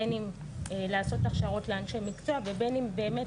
בין אם לעשות הכשרות לאנשי מקצוע ובין אם באמת,